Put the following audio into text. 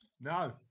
No